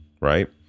right